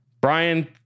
Brian